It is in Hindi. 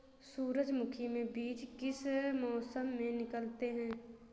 सूरजमुखी में बीज किस मौसम में निकलते हैं?